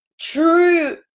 true